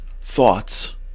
Thoughts